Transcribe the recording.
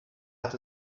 hat